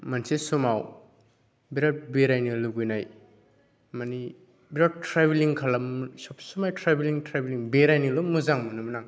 मोनसे समाव बिराद बेरायनो लुबैनाय मानि बिराद ट्रेभिलिं खालाम सब समाय ट्रेभेलिं ट्रेभेलिं बेरायनोल' मोजां मोनोमोन आं